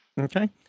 Okay